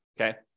okay